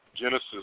Genesis